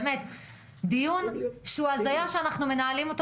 זה דיון שזה הזיה שאנחנו מנהלים אותו